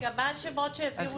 רגע, מה השמות שהעבירו לכם?